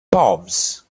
palms